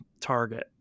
Target